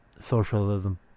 socialism